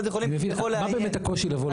מה באמת הקושי לבוא לוועדה?